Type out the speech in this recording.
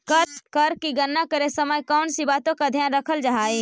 कर की गणना करे समय कौनसी बातों का ध्यान रखल जा हाई